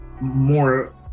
more